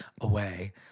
away